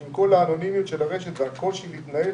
שעם כל האנונימיות של הרשת והקושי להתנהל